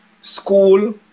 school